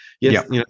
Yes